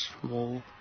small